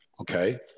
Okay